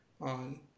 on